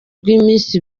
rw’iminsi